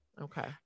Okay